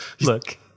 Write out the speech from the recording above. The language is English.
Look